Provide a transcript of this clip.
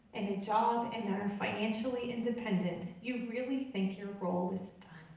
and a job, and ah they're financially independent, you really think your role is